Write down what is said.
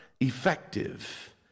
effective